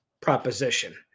proposition